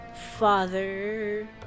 Father